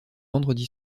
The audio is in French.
vendredi